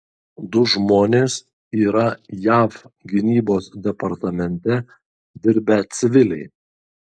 du žmonės yra jav gynybos departamente dirbę civiliai